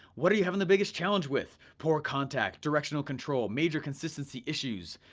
what are you having the biggest challenge with? poor contact, directional control, major consistency issues.